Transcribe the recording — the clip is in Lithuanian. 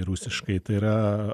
rusiškai tai yra